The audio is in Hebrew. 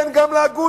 כן, גם לאגודה.